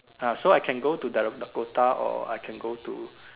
ah so I can go to the Dakota or I can go to